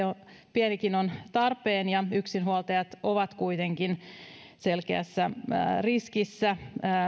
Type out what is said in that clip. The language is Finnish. pienikin on tarpeen ja yksinhuoltajat ovat kuitenkin selkeässä riskissä